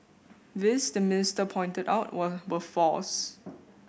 these the minister pointed out were false